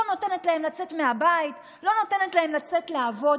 שלא נותנת לו לצאת מהבית, לא נותנת לו לצאת לעבוד,